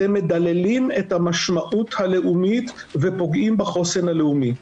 אתם מדללים את המשמעות הלאומית ופוגעים בחוסן הלאומי.